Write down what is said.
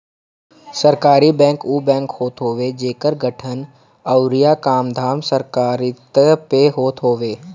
सहकारी बैंक उ बैंक होत हवे जेकर गठन अउरी कामधाम सहकारिता पे होत हवे